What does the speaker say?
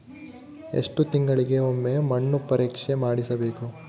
ಎಷ್ಟು ತಿಂಗಳಿಗೆ ಒಮ್ಮೆ ಮಣ್ಣು ಪರೇಕ್ಷೆ ಮಾಡಿಸಬೇಕು?